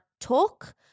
talk